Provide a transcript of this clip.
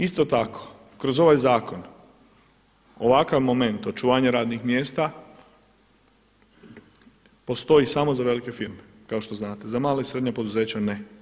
Isto tako, kroz ovaj zakon ovakav moment očuvanja radnih mjesta postoji samo za velike firme kako što znate, za mala i srednja poduzeća ne.